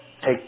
Take